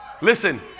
listen